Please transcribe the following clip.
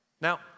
Now